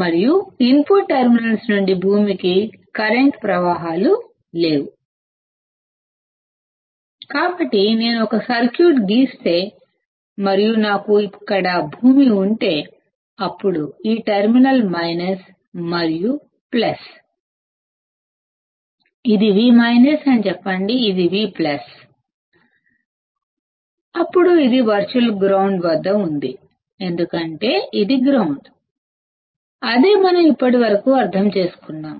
మరియు input terminals నుండి ground కి కరెంటు ప్రవాహాలు లేవు కాబట్టి నేను ఒక సర్క్యూట్ గీస్తే మరియు నాకు ఇక్కడ గ్రౌండ్ ఉంటే అప్పుడు ఈ టెర్మినల్ మైనస్ మరియు ఇది ప్లస్ ఇది V అని చెప్పండి ఇది V అప్పుడు ఇది వర్చువల్ గ్రౌండ్ వద్ద ఉంది ఎందుకంటే ఇది గ్రౌండ్ అదే మనం ఇప్పటి వరకు అర్థం చేసుకున్నాము